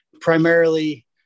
primarily